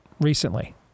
recently